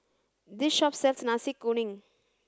this shop sells Nasi Kuning